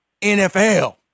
NFL